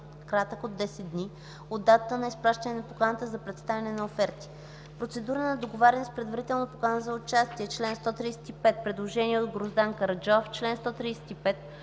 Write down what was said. по-кратък от 10 дни от датата на изпращане на поканата за представяне на оферти.” „Процедура на договаряне с предварителна покана за участие” – чл. 135. Предложение от Гроздан Караджов – в чл. 135,